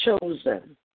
chosen